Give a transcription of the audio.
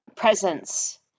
Presence